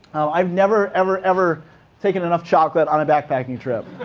i've never, ever, ever taken enough chocolate on a backpacking trip.